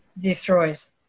destroys